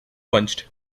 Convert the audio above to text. punched